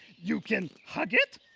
you can hug it.